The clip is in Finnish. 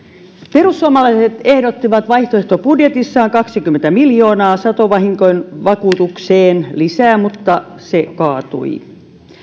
perussuomalaiset ehdottivat vaihtoehtobudjetissaan kaksikymmentä miljoonaa satovahinkovakuutukseen lisää mutta se kaatui